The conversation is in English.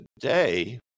Today